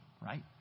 right